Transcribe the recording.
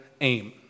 aim